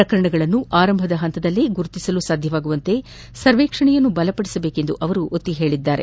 ಪ್ರಕರಣಗಳನ್ನು ಆರಂಭಿಕ ಹಂತದಲ್ಲಿಯೇ ಗುರುತಿಸಲು ಸಾಧ್ಯವಾಗುವಂತೆ ಸರ್ವೇಕ್ಷಣೆಯನ್ನು ಬಲಗೊಳಿಸಬೇಕೆಂದು ಅವರು ಒತ್ತಿ ಹೇಳಿದರು